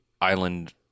island